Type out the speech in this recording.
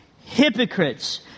hypocrites